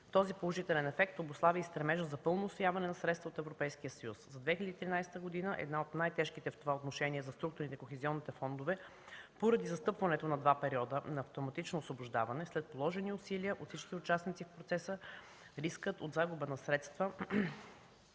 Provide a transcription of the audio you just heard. Този положителен ефект обуславя стремежа за пълно усвояване на средствата от Европейския съюз. За 2013 г. – една от най-тежките в това отношение за структурните и кохезионните фондове, поради застъпването на два периода на автоматично освобождаване, след положени усилия от всички участници в процеса, рискът от загуба на средства